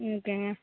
ஓகேங்க